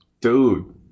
Dude